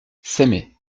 s’aimer